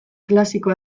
klasiko